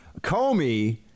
Comey